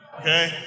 Okay